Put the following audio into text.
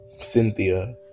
Cynthia